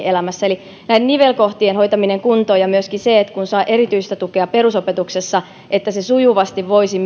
elämässä eli nämä nivelkohdat tulee hoitaa kuntoon ja myöskin se että kun saa erityistä tukea perusopetuksessa niin se voisi